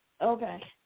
Okay